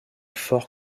fort